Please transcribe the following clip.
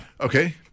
Okay